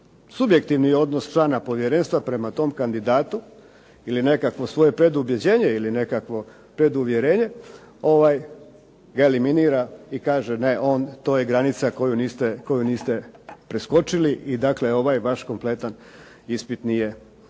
subjektivni odnos člana povjerenstva prema tom kandidatu ili nekakvo svoje predubjeđenje ili nekakvo preduvjerenje eliminira i kaže ne, to je granica koju niste preskočili i dakle ovaj vaš kompletan ispit nije onda